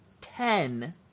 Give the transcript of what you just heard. ten